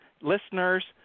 Listeners